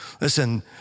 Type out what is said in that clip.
Listen